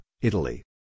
Italy